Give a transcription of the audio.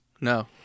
No